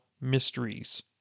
mysteries